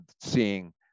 seeing